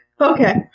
Okay